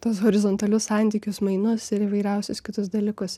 tuos horizontalius santykius mainus ir įvairiausius kitus dalykus